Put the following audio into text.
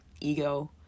ego